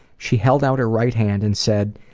she held out her right hand and said,